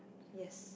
yes